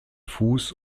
fuß